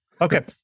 Okay